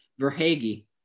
verhage